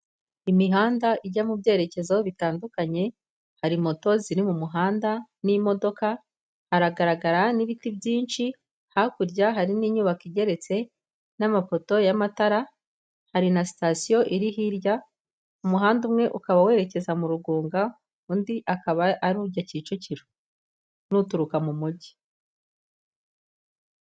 Imihanda ijya mu byerekezo aho bitandukanye, hari moto ziri mu muhanda n'imodoka, haragaragara n'ibiti byinshi, hakurya hari n'inyubako igeretse n'amapoto y'amatara, hari na sitasiyo iri hirya, umuhanda umwe ukaba werekeza mu Rugunga, undi akaba ari ujya Kicukiro n'uturuka mu mujyi.